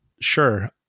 Sure